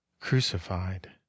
crucified